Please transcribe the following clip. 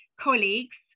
colleagues